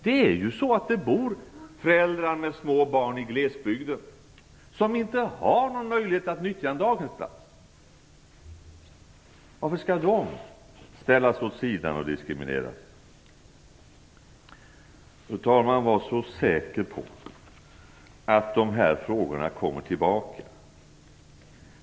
Det bor föräldrar med småbarn i glesbygden som inte har någon möjlighet att nyttja en daghemsplats. Varför skall de ställas åt sidan och diskrimineras? Fru talman! Var så säker på att de här frågorna kommer tillbaka.